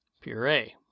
Puree